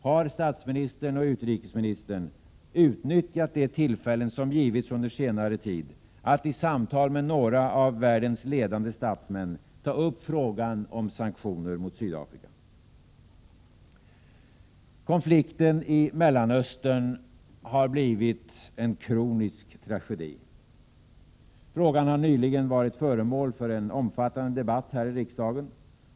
Har statsministern och utrikesministern utnyttjat de tillfällen som givits under senare tid att i samtal med några av världens ledande statsmän ta upp frågan om sanktioner mot Sydafrika? Konflikten i Mellanöstern har blivit en kronisk tragedi. Frågan har nyligen varit föremål för en omfattande debatt här i riksdagen.